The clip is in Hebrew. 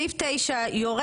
סעיף 9 יורד,